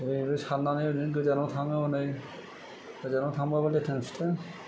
जेरैबो साननानै ओरैनो गोजानाव थाङो हनै गोजानाव थांब्लाबो लेथें फिथें